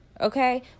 Okay